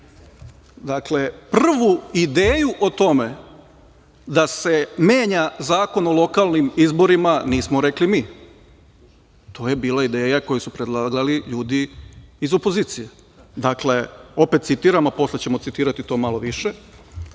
bilo. Dakle, prvu ideju o tome da se menja Zakon o lokalnim izborima, nismo rekli mi, to je bila ideja koju su predlagali ljudi iz opozicije. Dakle, opet citiram, a posle ćemo citirati to malo više.